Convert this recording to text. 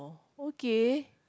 okay